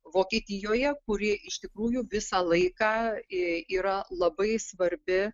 vokietijoje kuri iš tikrųjų visą laiką yra labai svarbi